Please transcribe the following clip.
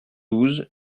douze